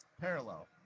parallel